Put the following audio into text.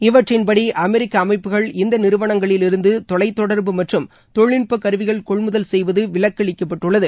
இவற்றின்படி அமெரிக்க அமைப்புகள் இந்த நிறுவனங்களிலிருந்து தொலைதொடர்பு மற்றும் தொழில்நுட்ப கருவிகள் கொள்முதல் செய்வது விலக்கப்பட்டுள்ளது